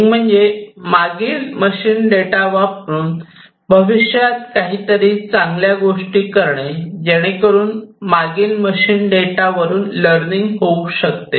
training म्हणजे मागील machine data वापरून भविष्यात काही तरी चांगल्या गोष्टी करणे जेणेकरून मागील मशीन डेटा वरून लर्निंग होऊ शकते